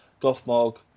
Gothmog